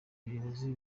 ubuyobozi